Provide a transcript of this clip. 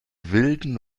wilden